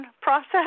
process